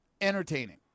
entertaining